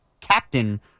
captain